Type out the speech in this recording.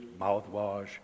mouthwash